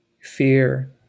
Fear